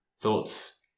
Thoughts